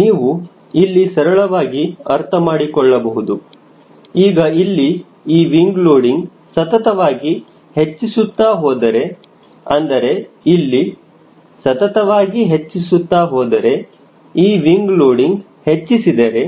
ನೀವು ಇಲ್ಲಿ ಸರಳವಾಗಿ ಅರ್ಥ ಮಾಡಿಕೊಳ್ಳಬಹುದು ಈಗ ಇಲ್ಲಿ ಈ ವಿಂಗ ಲೋಡಿಂಗ್ ಸತತವಾಗಿ ಹೆಚ್ಚಿಸುತ್ತಾ ಹೋದರೆ ಅಂದರೆ ಇಲ್ಲಿ ಸತತವಾಗಿ ಹೆಚ್ಚಿಸುತ್ತ ಹೋದರೆ ಈ ವಿಂಗ ಲೋಡಿಂಗ್ ಹೆಚ್ಚಿಸಿದರೆ